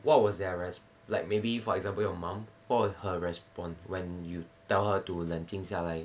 what was their res~ like maybe for example your mum what was her response when you tell her to 冷静下来